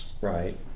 Right